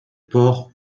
port